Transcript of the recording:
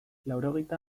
laurogeita